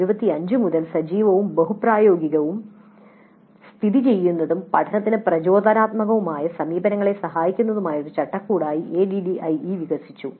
1975 മുതൽ സജീവവും ബഹുപ്രയോഗികവും സ്ഥിതിചെയ്യുന്നതും പഠനത്തിന് പ്രചോദനാത്മകവുമായ സമീപനങ്ങളെ സഹായിക്കുന്നതുമായ ഒരു ചട്ടക്കൂടായി ADDIE വികസിച്ചു